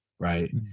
Right